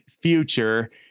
future